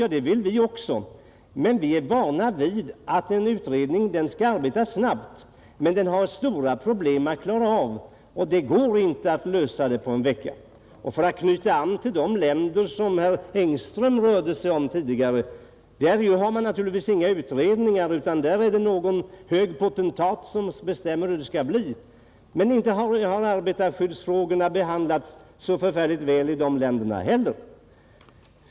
Ja, det vill vi också. Vi är vana vid att utredningar arbetar snabbt, men denna utredning har stora problem att arbeta med, och det går inte att lösa dem på en vecka. Vad sedan de länder angår som herr Engström tidigare nämnde vill jag säga att där har man naturligtvis inga utredningar, utan där är det någon hög potentat som bestämmer hur det skall bli. Men inte har arbetarskyddsfrågorna behandlats så särskilt väl i de länderna heller!